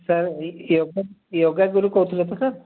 sir yoga yoga guru କହୁଥିଲେ ତ sir